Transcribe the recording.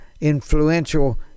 influential